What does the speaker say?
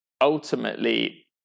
ultimately